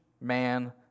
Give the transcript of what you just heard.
man